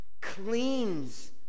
cleans